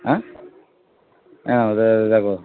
অ্যাঁ হ্যাঁ ও দ্যাখো